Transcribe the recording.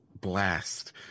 blast